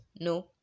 No